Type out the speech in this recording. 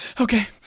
okay